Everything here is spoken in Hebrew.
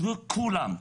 כולם.